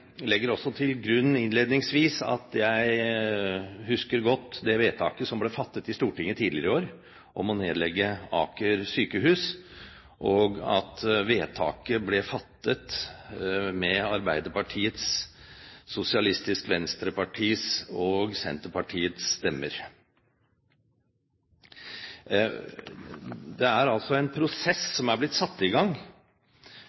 husker godt det vedtaket som ble fattet i Stortinget tidligere i år om å nedlegge Aker universitetssykehus, og at vedtaket ble fattet med Arbeiderpartiets, Sosialistisk Venstrepartis og Senterpartiets stemmer. Det er altså blitt satt i gang en prosess.